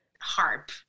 harp